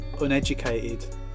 uneducated